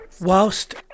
Whilst